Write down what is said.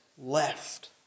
left